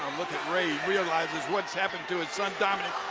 um look at rey realizes what's happened to his son, dominick.